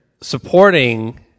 supporting